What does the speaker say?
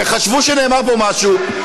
וחשבו שנאמר פה משהו.